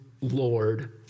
Lord